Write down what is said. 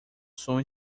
som